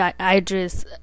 Idris